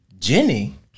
Jenny